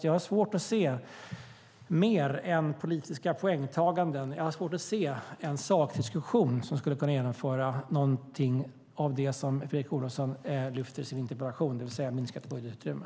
Jag har, förutom politiska poängtaganden, svårt att se en sakdiskussion där man skulle kunna genomföra något av det som Fredrik Olovsson lyfter fram i sin interpellation, det vill säga ett minskat budgetutrymme.